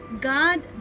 God